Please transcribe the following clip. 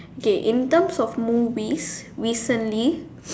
okay in terms of movies recently